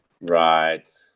Right